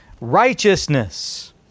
righteousness